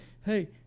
Hey